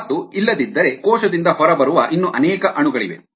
ಮತ್ತು ಇಲ್ಲದಿದ್ದರೆ ಕೋಶದಿಂದ ಹೊರಬರುವ ಇನ್ನೂ ಅನೇಕ ಅಣುಗಳಿವೆ